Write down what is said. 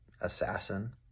assassin